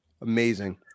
Amazing